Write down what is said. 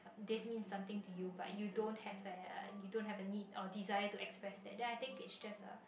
this means something to you but you don't have a uh you don't have a need or desire to express that then I think is just a